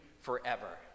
forever